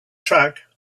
track